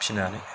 फिनानै